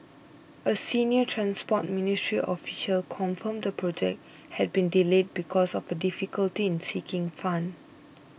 a senior Transport Ministry official confirmed the project had been delayed because of a difficulty in seeking fund